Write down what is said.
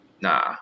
Nah